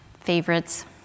favorites